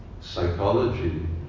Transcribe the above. psychology